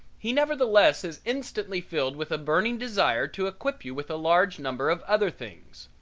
he nevertheless is instantly filled with a burning desire to equip you with a large number of other things.